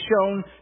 shown